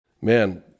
man